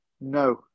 No